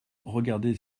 regardez